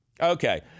Okay